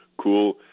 cool